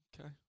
Okay